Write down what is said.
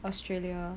australia